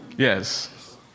Yes